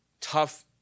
tough